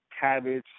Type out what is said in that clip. cabbage